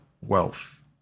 wealth